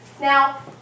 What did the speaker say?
Now